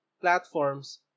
platforms